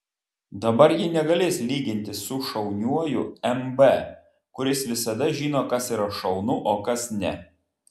dabar ji negalės lygintis su šauniuoju mb kuris visada žino kas yra šaunu o kas ne